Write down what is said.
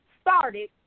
started